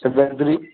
seven three